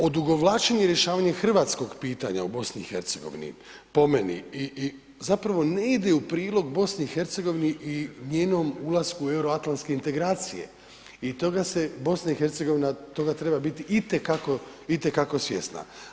Odugovlačenje rješavanja hrvatskog pitanja u BiH po meni zapravo ne ide u prilog BiH i njenom ulasku u euroatlanske integracije i toga se BiH, toga treba biti itekako, itekako svjesna.